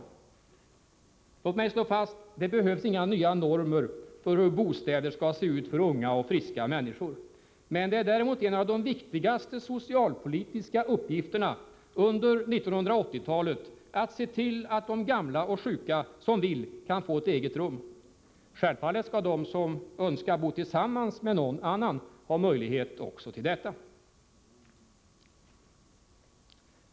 Låt mig slå fast: Det behövs inga nya normer för hur bostäder skall se ut för unga och friska människor, men det är däremot en av de viktigaste socialpolitiska uppgifterna under 1980-talet att se till att de gamla och sjuka som vill kan få ett eget rum. Självfallet skall de som önskar bo tillsammans med någon annan ha möjlighet också till detta.